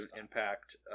impact